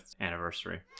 anniversary